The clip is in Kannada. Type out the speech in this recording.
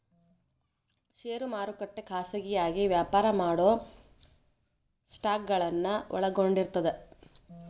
ಷೇರು ಮಾರುಕಟ್ಟೆ ಖಾಸಗಿಯಾಗಿ ವ್ಯಾಪಾರ ಮಾಡೊ ಸ್ಟಾಕ್ಗಳನ್ನ ಒಳಗೊಂಡಿರ್ತದ